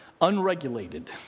unregulated